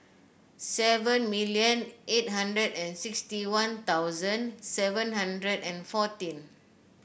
seven million eight hundred and sixty One Thousand seven hundred and fourteen